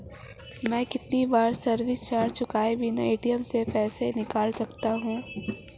मैं कितनी बार सर्विस चार्ज चुकाए बिना ए.टी.एम से पैसे निकाल सकता हूं?